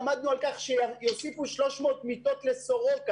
הכול עמדנו על כך שיוסיפו 300 מיטות לסורוקה,